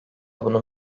bunun